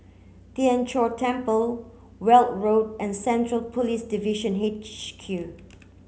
Tien Chor Temple Weld Road and Central Police Division H Q